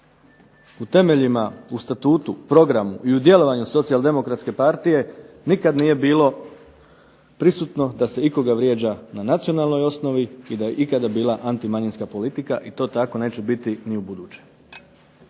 U temeljima u Statutu, programu i djelovanju SDP-a nikada nije bilo prisutno da se nekoga vrijeđa na nacionalnoj osnovi i da je ikada bila antimanjinska politika i to tako neće biti ni ubuduće.